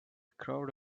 crowd